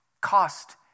Cost